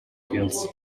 fields